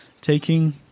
Taking